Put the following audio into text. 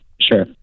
Sure